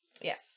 Yes